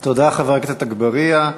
תודה, חבר הכנסת אגבאריה.